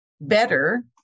better